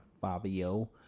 Fabio